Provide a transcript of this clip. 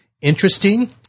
interesting